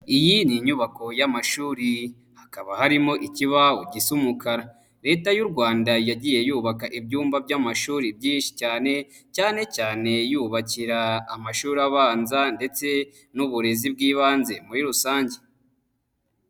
Iyi ni inyubako y'amashuri hakaba harimo ikibaho gisa umukara. Leta y'u Rwanda yagiye yubaka ibyumba by'amashuri byinshi cyane, cyane cyane yubakira amashuri abanza ndetse n'uburezi bw'ibanze muri rusange.